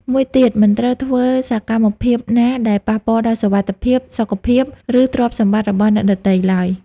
មួយទៀតមិនត្រូវធ្វើសកម្មភាពណាដែលប៉ះពាល់ដល់សុវត្ថិភាព សុខភាព ឬទ្រព្យសម្បត្តិរបស់អ្នកដទៃឡើយ។